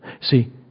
See